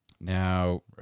Now